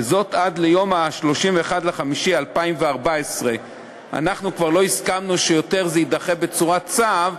וזאת עד ליום 31 במאי 2014. אנחנו לא הסכמנו שזה יידחה עוד בצורת צו,